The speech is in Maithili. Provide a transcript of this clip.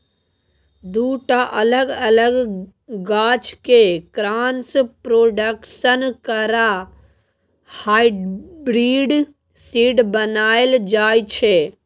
दु टा अलग अलग गाछ केँ क्रॉस प्रोडक्शन करा हाइब्रिड सीड बनाएल जाइ छै